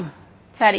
மாணவர் சரி